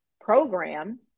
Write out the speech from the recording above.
program